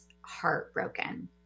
heartbroken